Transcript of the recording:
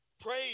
Praise